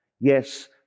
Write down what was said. Yes